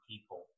people